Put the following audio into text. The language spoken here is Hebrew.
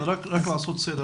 רק לעשות סדר,